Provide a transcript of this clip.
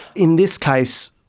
in this case,